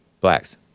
blacks